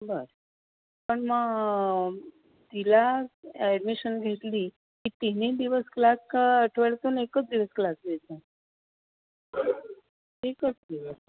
बरं पण मग तिला ॲडमिशन घेतली की तिन्ही दिवस क्लास का एकच दिवस क्लास एकच दिवस